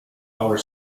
our